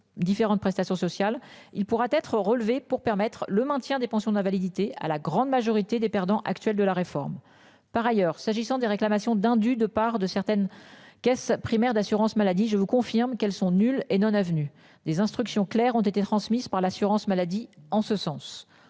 Différentes prestations sociales. Il pourra être relevé pour permettre le maintien des pensions d'invalidité à la grande majorité des perdants actuel de la réforme. Par ailleurs s'agissant des réclamations d'indus de part de certaines caisses primaires d'assurance maladie. Je vous confirme qu'elles sont nulles et non avenues des instructions claires ont été transmises par l'assurance maladie en ce sens,